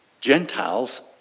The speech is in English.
Gentiles